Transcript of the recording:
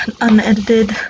unedited